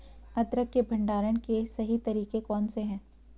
अदरक के भंडारण के सही तरीके कौन से हैं?